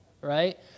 right